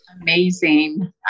Amazing